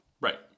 Right